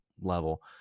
level